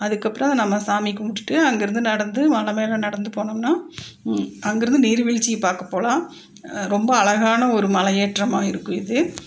அதுக்கப்புறம் நம்ம சாமி கும்பிடுட்டு அங்கேயிருந்து நடந்து மலை மேலே நடந்து போனோம்னால் அங்கேயிருந்து நீர்வீழ்ச்சியை பார்க்கப் போகலாம் ரொம்ப அழகான ஒரு மலையேற்றமாக இருக்கும் இது